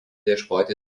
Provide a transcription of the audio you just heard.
ieškoti